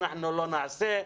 אנחנו לא נעשה.